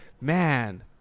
man